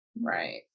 right